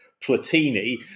Platini